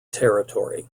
territory